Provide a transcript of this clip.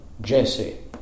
Jesse